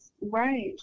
Right